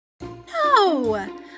No